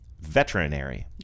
veterinary